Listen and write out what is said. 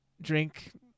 drink